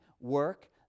work